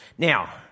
Now